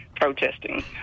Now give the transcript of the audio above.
protesting